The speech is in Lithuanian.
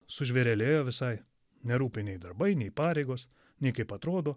sužvėrelėjo visai nerūpi nei darbai nei pareigos nei kaip atrodo